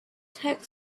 text